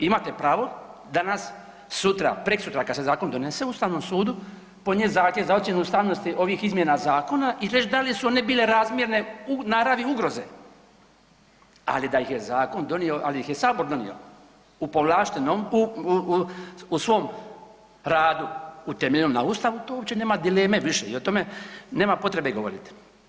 Vi imate pravo danas, sutra, prekosutra kad se zakon donese Ustavnom sudu podnijeti zahtjev za ocjenu ustavnosti ovih izmjena zakona i reći da li su one bile razmjerne u naravi ugroze, ali da ih je zakon donio, ali ih sabor donio u povlaštenom, u svom radu utemeljenom na Ustavu tu opće nema dileme više i o tome nema potrebe govoriti.